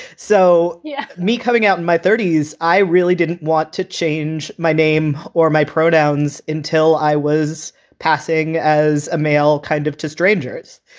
so, yeah, me coming out in my thirty s, i really didn't want to change my name or my pronouns until i was passing as a male kind of to strangers.